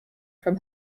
from